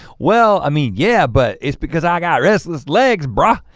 well, i mean yeah but it's because i got restless legs, brah.